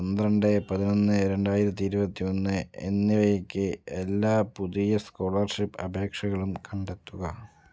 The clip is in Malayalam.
പന്ത്രണ്ട് പതിനൊന്ന് രണ്ടായിരത്തിഇരുപത്തിയൊന്ന് എന്നിവയ്ക്ക് എല്ലാ പുതിയ സ്കോളർഷിപ്പുകളും കണ്ടെത്തുക